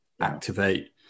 activate